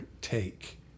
take